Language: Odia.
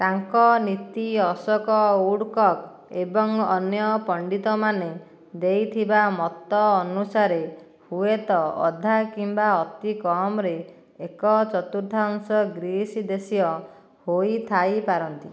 ତାଙ୍କ ନୀତି ଅଶୋକ ଊଡ଼୍କକ୍ ଏବଂ ଅନ୍ୟ ପଣ୍ଡିତମାନେ ଦେଇଥିବା ମତ ଅନୁସାରେ ହୁଏତ ଅଧା କିମ୍ବା ଅତିକମ୍ରେ ଏକ ଚତୁର୍ଥାଂଶ ଗ୍ରୀସ୍ ଦେଶୀୟ ହୋଇଥାଇପାରନ୍ତି